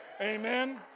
Amen